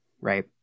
Right